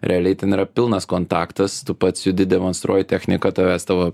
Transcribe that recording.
realiai ten yra pilnas kontaktas tu pats judi demonstruoji techniką tavęs tavo